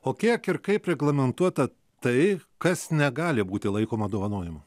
o kiek ir kaip reglamentuota tai kas negali būti laikoma dovanojimu